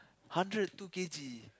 hundred two k_g